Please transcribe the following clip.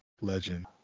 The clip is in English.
Legend